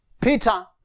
Peter